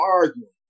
arguing